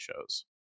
shows